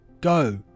Go